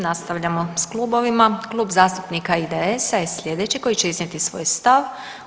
Nastavljamo s klubovima, Klub zastupnika IDS-a je slijedeći koji će iznijeti svoj stav.